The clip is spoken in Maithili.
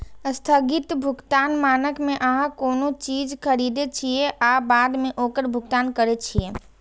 स्थगित भुगतान मानक मे अहां कोनो चीज खरीदै छियै आ बाद मे ओकर भुगतान करै छियै